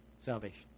Salvation